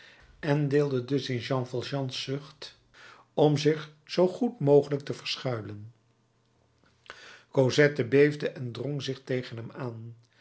en deelde dus in jean valjeans zucht om zich zoo goed mogelijk te verschuilen cosette beefde en drong zich tegen hem aan